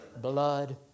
blood